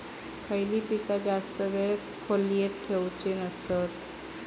खयली पीका जास्त वेळ खोल्येत ठेवूचे नसतत?